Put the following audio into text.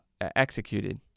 executed